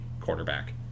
quarterback